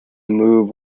move